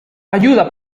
ayuda